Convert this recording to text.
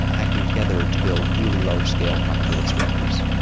acting together to build really large-scale complicated structures.